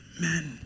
Amen